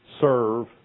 Serve